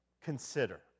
Consider